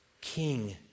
King